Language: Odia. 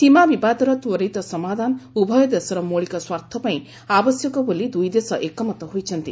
ସୀମା ବିବାଦର ତ୍ୱରିତ ସମାଧାନ ଉଭୟ ଦେଶର ମୌଳିକ ସ୍ୱାର୍ଥ ପାଇଁ ଆବଶ୍ୟକ ବୋଲି ଦୁଇ ଦେଶ ଏକମତ ହୋଇଛନ୍ତି